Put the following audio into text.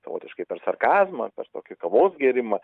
savotiškai per sarkazmą per tokį kavos gėrimą